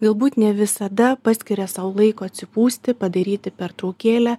galbūt ne visada paskiria sau laiko atsipūsti padaryti pertraukėlę